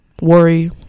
worry